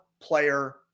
player